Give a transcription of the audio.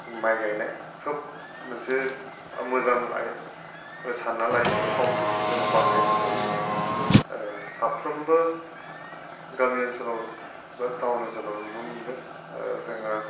माइ गायनाय खोब मोनसे मोजां सानना लायो समखौ जों बासायनो हायो साफ्रोमबो गामि ओनसोलाव बा थाउन ओनसोलाव नुनो मोनगोन जोङो